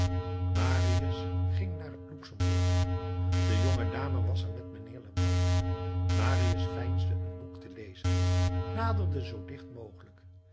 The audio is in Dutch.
marius ging naar het luxemburg de jonge dame was er met mijnheer leblanc marius veinzende een boek te lezen naderde zoo dicht mogelijk